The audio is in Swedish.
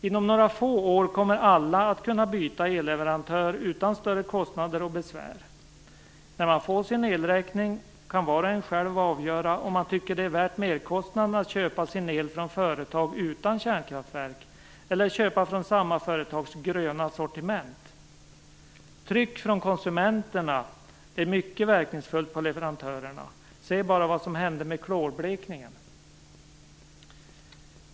Inom några få år kommer alla att kunna byta elleverantör utan större kostnader och besvär. När man får sin elräkning kan var och en själv avgöra om man tycker det är värt merkostnaden att köpa sin el från företag utan kärnkraftverk eller köpa från samma företags gröna sortiment. Tryck från konsumenterna är mycket verkningsfullt på leverantörerna. Se bara vad som hände med klorblekningen!